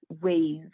ways